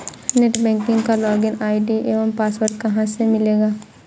Net banking का login ID एवं password कहाँ से मिलेगा?